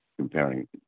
Comparing